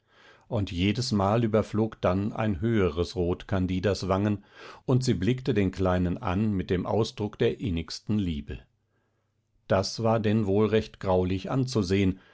und jedesmal überflog dann ein höheres rot candidas wangen und sie blickte den kleinen an mit dem ausdruck der innigsten liebe das war denn wohl recht graulich anzusehen